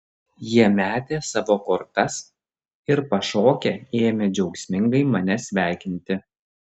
jie metė savo kortas ir pašokę ėmė džiaugsmingai mane sveikinti